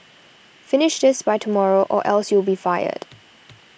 finish this by tomorrow or else you'll be fired